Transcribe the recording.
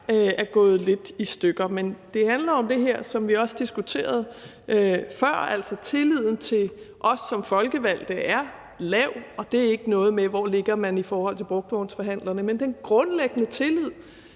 er gået lidt i stykker. Men det handler om det her, som vi også diskuterede før, altså at tilliden til os som folkevalgte er lav – og det er ikke noget med, hvor man ligger i forhold til brugtvognsforhandlerne. Men den grundlæggende tillid